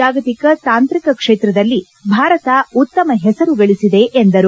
ಜಾಗತಿಕ ತಾಂತ್ರಿಕ ಕ್ಷೇತ್ರದಲ್ಲಿ ಭಾರತ ಉತ್ತಮ ಹೆಸರುಗಳಿಸಿದೆ ಎಂದರು